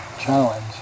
challenge